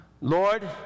Lord